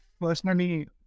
Personally